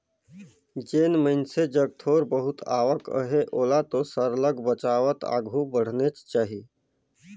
जेन मइनसे जग थोर बहुत आवक अहे ओला तो सरलग बचावत आघु बढ़नेच चाही